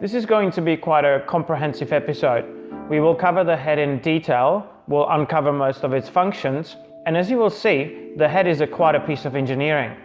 this is going to be quite a comprehensive episode we will cover the head in detail will uncover most of its functions and as you will see the head is a quite a piece of engineering,